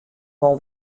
wol